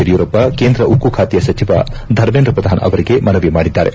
ಯಡಿಯೂರಪ್ಪ ಕೇಂದ್ರ ಉಕ್ಕು ಬಾತೆಯ ಸಚಿವ ಧರ್ಮೇಂದ್ರ ಶ್ರಧಾನ್ ಅವರಿಗೆ ಮನವಿ ಮಾಡಿದ್ದಾರೆ